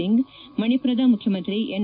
ಸಿಂಗ್ ಮಣಿಪುರದ ಮುಖ್ಚುಮಂತ್ರಿ ಎನ್